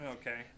Okay